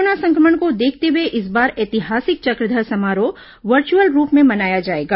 corona संक्रमण को देखते हुए इस बार ऐतिहासिक चक्रधर समारोह वर्चुअल रूप में मनाया जाएगा